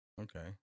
Okay